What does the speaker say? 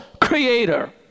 creator